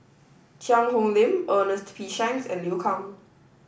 Cheang Hong Lim Ernest P Shanks and Liu Kang